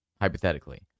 Hypothetically